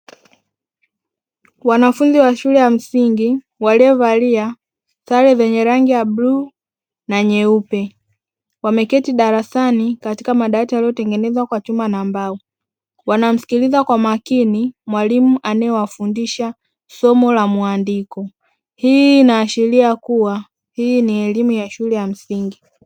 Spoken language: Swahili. Wanafunzi wa shule ya msingi waliovalia sare zenye rangi ya bluu na nyeupe wameketi darasani katika madawati yaliyotengenezwa kwa chuma na mbao, wanamsikiliza kwa makini mwalimu anayewafundisha somo la mwandiko, hii inaashiria kuwa hii ni elimu ya shule ya msingi.